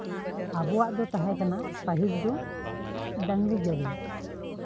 ᱟᱵᱚᱣᱟᱜ ᱫᱚ ᱛᱟᱦᱮᱸ ᱠᱟᱱᱟ ᱯᱟᱹᱦᱤᱞ ᱫᱚ ᱰᱟᱝᱨᱤ ᱜᱟᱹᱰᱤ